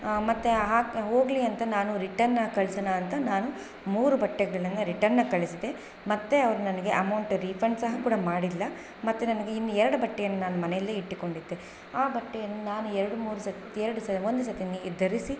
ಮತ್ತು ಹಾಕಿ ಹೋಗಲಿ ಅಂತ ನಾನು ರಿಟನ್ ಕಳ್ಸಣ ಅಂತ ನಾನು ಮೂರು ಬಟ್ಟೆಗಳನ್ನು ರಿಟನ್ನ ಕಳಿಸಿದೆ ಮತ್ತು ಅವ್ರು ನನಗೆ ಅಮೌಂಟ್ ರೀಫಂಡ್ ಸಹ ಕೂಡ ಮಾಡಿಲ್ಲ ಮತ್ತು ನನಗೆ ಇನ್ನು ಎರಡು ಬಟ್ಟೆಯನ್ನು ನಾನು ಮನೆಯಲ್ಲೇ ಇಟ್ಟುಕೊಂಡಿದ್ದೆ ಆ ಬಟ್ಟೆಯನ್ನು ನಾನು ಎರಡು ಮೂರು ಸತಿ ಎರಡು ಸಹ ಒಂದು ಸತಿನಿ ಧರಿಸಿ